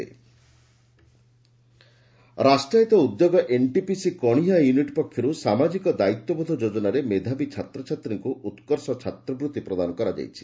ଛାତ୍ରବୃତ୍ତି ପ୍ରଦାନ ରାଷ୍ଟ୍ରାୟତ୍ତ ଉଦ୍ୟୋଗ ଏନଟିପିସି କଣିହାଁ ୟୁନିଟ୍ ପକ୍ଷରୁ ସାମାଜିକ ଦାୟିତ୍ୱବୋଧ ଯୋଜନାରେ ମେଧାବୀ ଛାତ୍ରଛାତ୍ରୀଙ୍କୁ ଉକୁର୍ଷ ଛାତ୍ରବୂତ୍ତି ପ୍ରଦାନ କରାଯାଇଛି